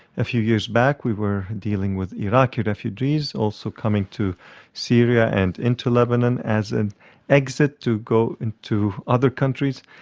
a few years back we were dealing with iraqi refugees also coming to syria and into lebanon as an exit to go into other countries.